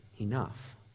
enough